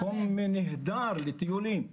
מקום נהדר לטיולים.